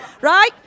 right